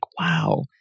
wow